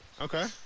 Okay